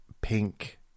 pink